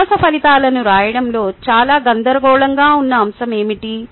అభ్యాస ఫలితాలను రాయడంలో చాలా గందరగోళంగా ఉన్న అంశం ఏమిటి